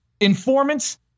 informants